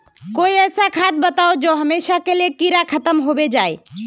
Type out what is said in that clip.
कोई ऐसा खाद बताउ जो हमेशा के लिए कीड़ा खतम होबे जाए?